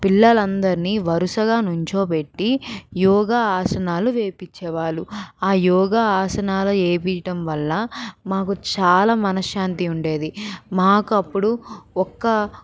పిల్లలు అందరినీ వరుసగా నుంచో పెట్టి యోగా ఆసనాలు వేయించే వాళ్ళు ఆ యోగా ఆసనలు వేయించటం వల్ల మాకు చాలా మనశ్శాంతి ఉండేది మాకు అప్పుడు ఒక్క